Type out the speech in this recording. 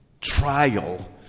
trial